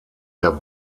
der